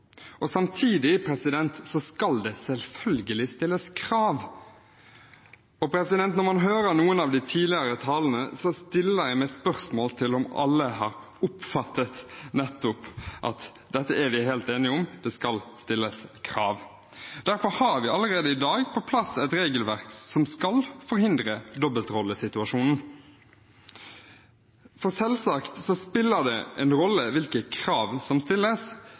Samtidig skal det selvfølgelig stilles krav. Når man hører noen av de tidligere talerne, stiller jeg meg spørsmålet om alle har oppfattet nettopp at dette er vi helt enige om: Det skal stilles krav. Derfor har vi allerede i dag på plass et regelverk som skal forhindre dobbeltrollesituasjonen. Selvsagt spiller det en rolle hvilke krav som stilles,